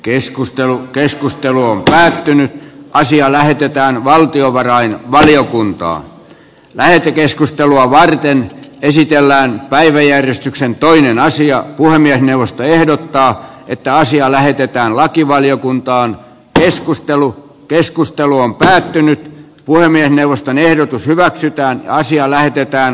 keskustelu keskustelu on päättynyt asia lähetetään valtiovarainvaliokuntaan lähetekeskustelu aloite esitellään päiväjärjestyksen toinen asia puhemiesneuvosto ehdottaa että asia lähetetäänlakivaliokuntaan keskustelu tästäkin on päättynyt puhemiesneuvoston ehdotus hyväksytään asiaa lähdetään